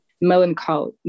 melancholy